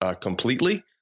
completely